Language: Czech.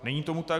Není tomu tak.